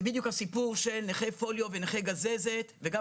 זה בדיוק הסיפור של נכי פוליו ונכי גזזת וגם